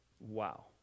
Wow